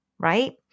right